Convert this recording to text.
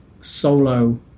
solo